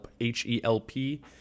H-E-L-P